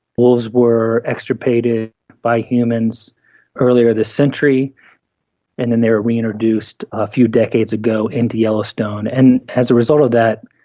wolves were extirpated by humans earlier this century and then they were reintroduced a few decades ago into yellowstone, and as a result of that,